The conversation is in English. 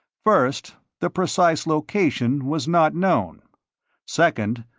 first, the precise location was not known second,